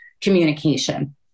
communication